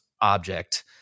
object